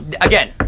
Again